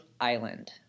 Island